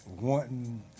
Wanting